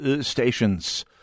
Stations